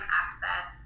access